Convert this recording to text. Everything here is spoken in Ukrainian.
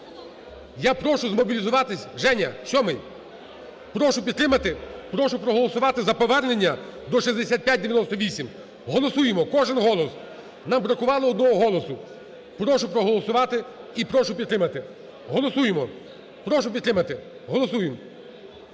Я прошу змобілізуватися. Женя, сьомий, прошу підтримати. Прошу проголосувати за повернення до 6598. Голосуємо, кожний голос, нам бракувало одного голосу. Прошу проголосувати і прошу підтримати. Голосуємо. Прошу підтримати. Голосуємо.